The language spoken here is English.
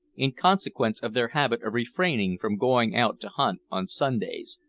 in consequence of their habit of refraining from going out to hunt on sundays,